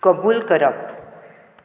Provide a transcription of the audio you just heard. कबूल करप